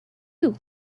you